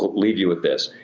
leave you with this.